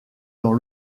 dans